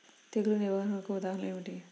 తెగులు నిర్వహణకు ఉదాహరణలు ఏమిటి?